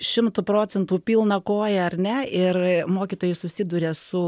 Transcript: šimtu procentų pilna koja ar ne ir mokytojai susiduria su